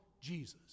Jesus